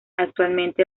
actualmente